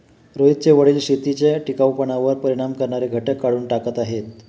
रोहितचे वडील शेतीच्या टिकाऊपणावर परिणाम करणारे घटक काढून टाकत आहेत